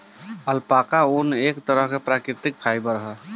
alpaca ऊन, एक तरह के प्राकृतिक फाइबर ह